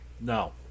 No